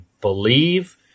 believe